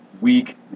weak